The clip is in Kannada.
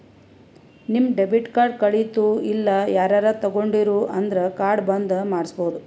ನಿಮ್ ಡೆಬಿಟ್ ಕಾರ್ಡ್ ಕಳಿತು ಇಲ್ಲ ಯಾರರೇ ತೊಂಡಿರು ಅಂದುರ್ ಕಾರ್ಡ್ ಬಂದ್ ಮಾಡ್ಸಬೋದು